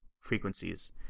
frequencies